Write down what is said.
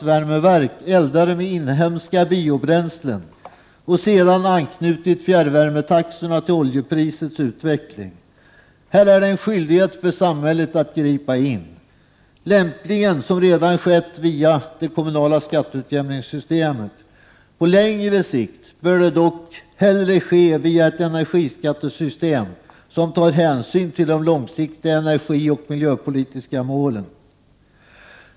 1988/89:119 eldade med inhemska biobränslen och sedan anknutit fjärrvärmetaxorna till 23 maj 1989 oljeprisets utveckling. Här är det en skyldighet för samhället att gripa in, lämpligen som redan skett via det kommunala skatteutjämningssystemet. På längre sikt bör det dock hellre ske via ett energiskattesystem som tar hänsyn till de långsiktiga energioch miljöpolitiska målen.